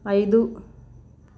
ఐదు